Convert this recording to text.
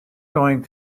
going